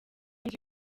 nzu